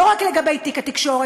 לא רק לגבי תיק התקשורת,